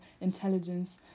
intelligence